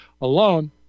alone